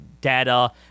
data